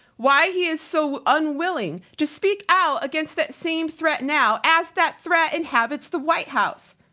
why he is so unwilling to speak out against that same threat now as that threat inhabits the white house.